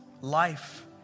life